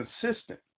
consistent